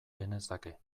genezake